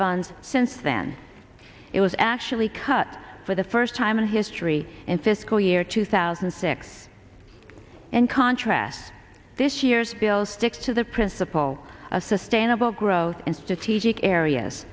funds since then it was actually cut for the first time in history in fiscal year two thousand and six and contrast this year's bill sticks to the principle of sustainable growth in strategic areas